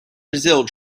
brazil